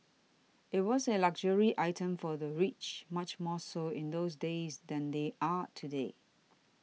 it was a luxury item for the rich much more so in those days than they are today